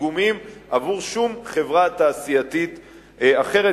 דיגומים עבור שום חברה תעשייתית אחרת,